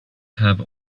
have